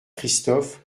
christophe